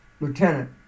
Lieutenant